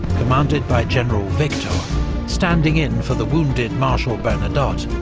commanded by general victor standing in for the wounded marshal bernadotte,